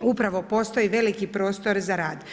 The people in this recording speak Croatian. upravo postoji veliki prostor za rad.